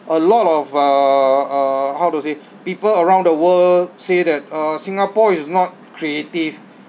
a lot of uh uh how to say people around the world say that uh singapore is not creative